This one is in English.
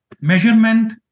measurement